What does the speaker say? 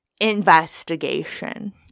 investigation